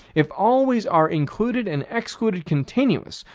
if always are included and excluded continuous,